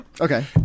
Okay